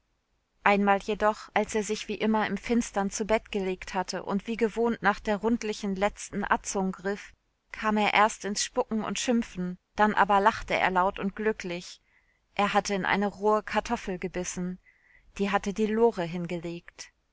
einmal jedoch als er sich wie immer im finstern zu bett gelegt hatte und wie gewohnt nach der rundlichen letzten atzung griff kam er erst ins spucken und schimpfen dann aber lachte er laut und glücklich er hatte in eine rohe kartoffel gebissen die hatte die lore hingelegt